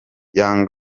young